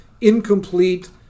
incomplete